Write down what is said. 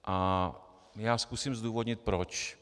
A já zkusím zdůvodnit proč.